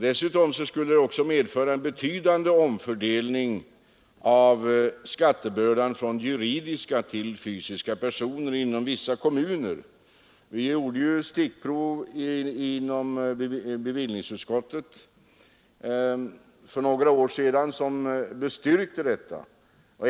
Dessutom skulle det medföra en betydande omfördelning av skattebördan från juridiska till fysiska personer inom vissa kommuner. Vi gjorde för några år sedan inom bevillningsutskottet stickprov, som bestyrkte detta.